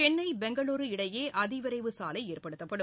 சென்னை பெங்களூர் இடையே அதிவிரைவு சாலை ஏற்படுத்தப்படும்